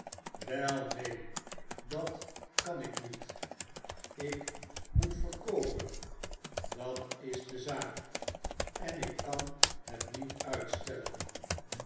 wel neen dat kan ik niet ik moet verkoopen dat is de zaak en ik kan het niet uitstellen